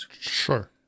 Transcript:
Sure